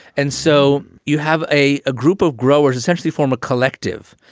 and so you have a a group of growers essentially form a collective.